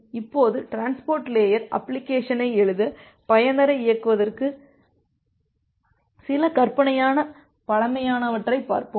இப்போது transport layer அப்ளிகேஷனை எழுத பயனரை இயக்குவதற்கு சில கற்பனையான பழமையானவற்றைப் பார்ப்போம்